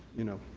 you know,